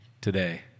today